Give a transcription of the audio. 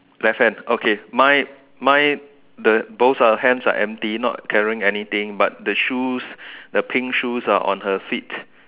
left hand okay my my the both are hands are empty not carrying anything but the shoes the pink shoes are on her feet